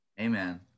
Amen